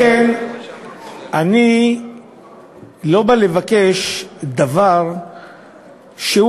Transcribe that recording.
לכן אני לא בא לבקש דבר שהוא